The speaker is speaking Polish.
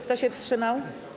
Kto się wstrzymał?